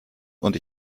und